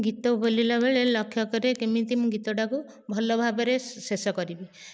ଗୀତ ବୋଲିଲା ବେଳେ ଲକ୍ଷ କରେ କେମିତି ମୁଁ ଗୀତଟାକୁ ଭଲ ଭାବରେ ସେ ଶେଷ କରିବି